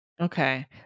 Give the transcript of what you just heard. Okay